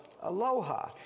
Aloha